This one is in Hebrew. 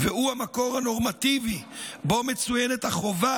והוא המקור הנורמטיבי שבו מצוינת החובה